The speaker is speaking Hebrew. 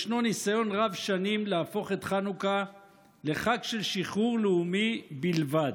ישנו ניסיון רב-שנים להפוך את חנוכה לחג של שחרור לאומי בלבד.